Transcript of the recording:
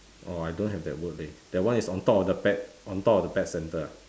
orh I don't have that word leh that one is on top of the pet on top of the pet centre ah